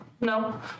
No